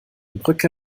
brücke